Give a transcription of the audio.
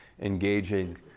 engaging